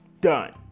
Done